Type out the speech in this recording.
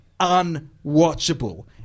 unwatchable